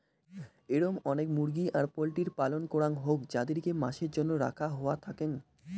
এরম অনেক মুরগি আর পোল্ট্রির পালন করাং হউক যাদিরকে মাসের জন্য রাখা হওয়া থাকেঙ